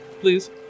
please